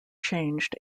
changed